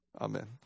Amen